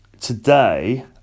today